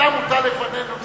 אדם מוטל לפנינו.